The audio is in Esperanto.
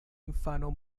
infano